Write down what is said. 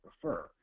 prefer